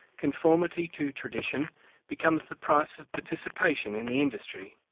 conformity to tradition becomes the price of participation in the industry.